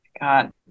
God